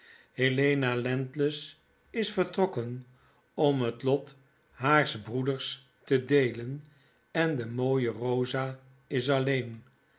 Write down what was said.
helena landless is vertrokken om het lot haars broeders te deelen en de mooie eosa is alleen